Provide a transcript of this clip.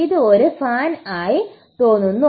ഇത് ഒരു ഫാൻ ആയി തോന്നുന്നു